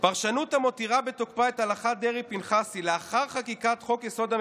"פרשנות המותירה בתוקפה את הלכת דרעי-פנחסי לאחר חקיקת חוק-יסוד: